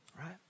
right